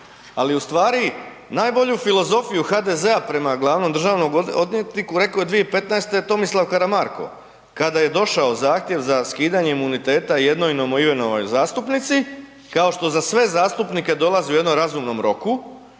ali ustvari najbolju filozofiju HDZ-a prema glavnom državnom odvjetniku rekao je 2015. Tomislav Karamarko kada je došao zahtjev za skidanje imuniteta jednoj novoimenovanoj zastupnici kao što za sve zastupnike dolazi u jednom razumnom roku,